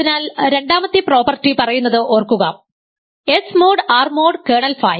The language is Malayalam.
അതിനാൽ രണ്ടാമത്തെ പ്രോപ്പർട്ടി പറയുന്നത് ഓർക്കുക S mod R mod kernel phi